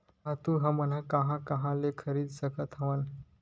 खातु हमन कहां कहा ले खरीद सकत हवन?